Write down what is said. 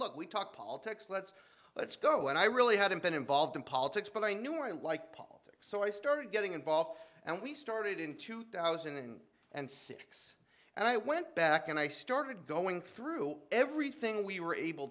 look we talk politics let's let's go and i really hadn't been involved in politics but i knew i didn't like politics so i started getting involved and we started in two thousand and six and i went back and i started going through everything we were able